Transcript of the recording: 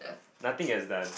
nothing gets done